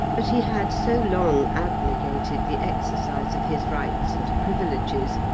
but he had so long abnegated the exercise of his rights and privileges,